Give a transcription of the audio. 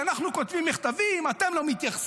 נאור שירי (יש עתיד): אורית ממש התנגדה.